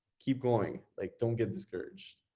keep going, like don't get discouraged.